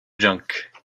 junk